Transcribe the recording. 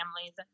families